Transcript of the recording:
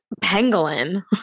pangolin